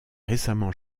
récemment